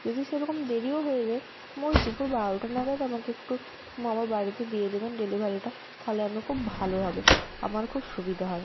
যদি সেরকম দেরিও হয়ে যায় ওই দুপুর বারোটা নাগাদ আমাকে একটু মামার বাড়িতে দিয়ে দেবেন ডেলিভারিটা থাহলে আমার খুব ভালো হবে আমার খুব সুবিধা হয়